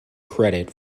credit